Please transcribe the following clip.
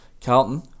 Carlton